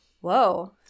whoa